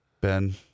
Ben